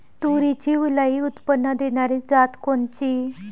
तूरीची लई उत्पन्न देणारी जात कोनची?